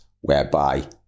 whereby